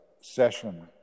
session